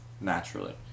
naturally